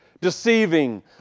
deceiving